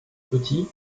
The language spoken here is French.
petits